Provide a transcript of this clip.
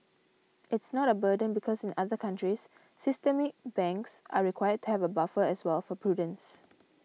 it's not a burden because in other countries systemic banks are required to have a buffer as well for prudence